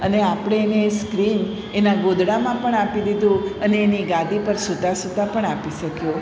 અને આપણે એને એ સ્ક્રીન એના ગોદડામાં પણ આપી દીધું અને એની ગાદી પર સૂતાં સૂતાં પણ આપી શક્યું